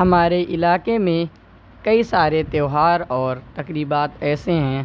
ہمارے علاقے میں کئی سارے تیوہار اور تقریبات ایسے ہیں